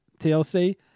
TLC